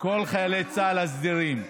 כל חיילי צה"ל הסדירים,